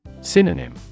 Synonym